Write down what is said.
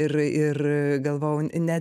ir ir galvojau ne